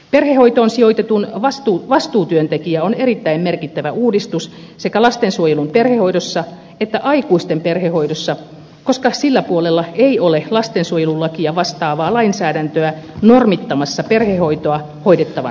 perhehoitoon sijoitetun vastuutyöntekijä on erittäin merkittävä uudistus sekä lastensuojelun perhehoidossa että aikuisten perhehoidossa koska sillä puolella ei ole lastensuojelulakia vastaavaa lainsäädäntöä normittamassa perhehoitoa hoidettavan näkökulmasta